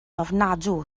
ofnadwy